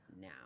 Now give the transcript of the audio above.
now